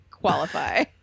Qualify